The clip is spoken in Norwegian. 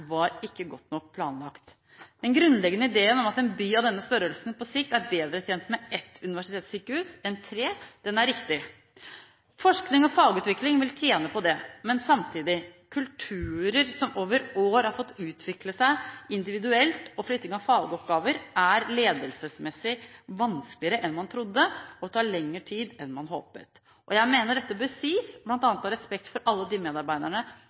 var ikke godt nok planlagt. Den grunnleggende ideen om at en by av denne størrelsen på sikt er bedre tjent med ett universitetssykehus enn tre, er riktig. Forskning og fagutvikling vil tjene på det. Men samtidig: Kulturer som over år har fått utvikle seg individuelt og flytting av fagoppgaver, er ledelsesmessig vanskeligere enn man trodde, og tar lengre tid enn man håpet. Jeg mener dette bør sies, bl.a. av respekt for alle de medarbeiderne